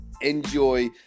enjoy